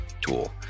tool